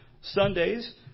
Sundays